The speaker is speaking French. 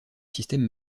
système